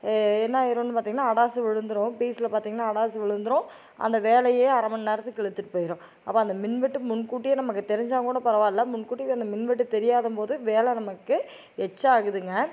என்னா ஆயிரும்னு பார்த்திங்கினா அடாசு விழுந்துடும் பீஸ்ஸில் பார்த்திங்கினா அடாசு விழுந்துடும் அந்த வேலையே அரைமணி நேரத்துக்கு இழுத்துட்டு போயிரும் அப்போ அந்த மின் வெட்டு முன்கூட்டியே நமக்கு தெரிஞ்சா கூட பரவால்லை முன்கூட்டி அந்த மின் வெட்டு தெரியாதம் போது வேலை நமக்கு எக்ஸ்ட்ராக ஆகுதுங்க